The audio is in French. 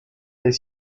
des